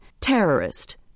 Terrorist